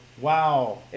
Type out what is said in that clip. wow